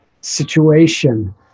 situation